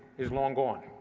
is long gone.